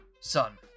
son